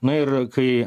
na ir kai